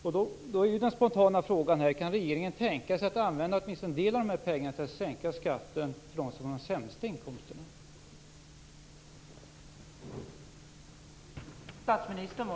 Då är den spontana frågan: Kan regeringen tänka sig att använda åtminstone en del av de här pengarna till att sänka skatten för dem som har de sämsta inkomsterna?